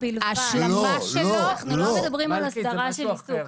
ההשלמה שלו -- אנחנו לא מדברים על הסדרה של עיסוק,